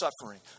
suffering